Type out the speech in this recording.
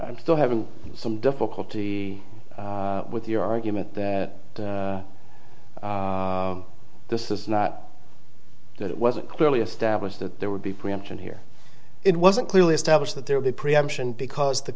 i'm still having some difficulty with the argument that this is not it wasn't clearly established that there would be preemption here it wasn't clearly established that there would be preemption because the